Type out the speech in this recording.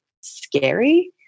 scary